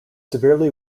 severely